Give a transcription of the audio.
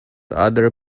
other